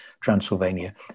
Transylvania